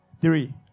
Three